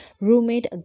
roommate